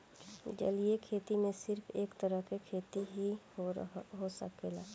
जलीय खेती में सिर्फ एक तरह के खेती ही हो सकेला